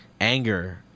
anger